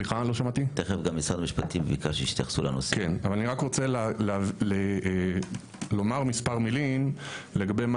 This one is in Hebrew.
אני רק רוצה לומר מספר מילים לגבי מה